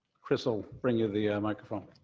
chris'll bring you the microphone.